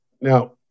Now